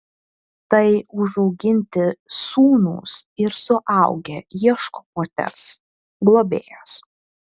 tai užauginti sūnūs ir suaugę ieško moters globėjos